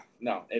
no